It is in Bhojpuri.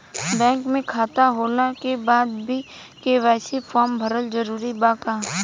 बैंक में खाता होला के बाद भी के.वाइ.सी फार्म भरल जरूरी बा का?